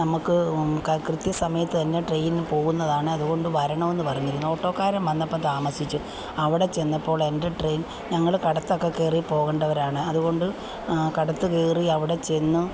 നമുക്ക് കൃത്യസമയത്ത് തന്നെ ട്രെയിൻ പോകുന്നതാണ് അതുകൊണ്ട് വരണമെന്ന് പറഞ്ഞിരുന്നു ഓട്ടോക്കാരൻ വന്നപ്പോൾ താമസിച്ചു അവിടെ ചെന്നപ്പോൾ എൻ്റെ ട്രെയിൻ ഞങ്ങൾ കടത്തൊക്കെ കയറി പോകേണ്ടവരാണ് അതുകൊണ്ട് കടത്ത് കയറി അവിടെ ചെന്ന്